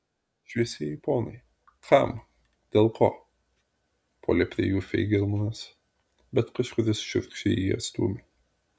šviesieji ponai kam dėl ko puolė prie jų feigelmanas bet kažkuris šiurkščiai jį atstūmė